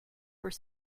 were